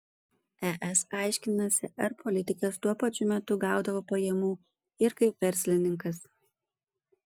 es aiškinasi ar politikas tuo pačiu metu gaudavo pajamų ir kaip verslininkas